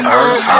earth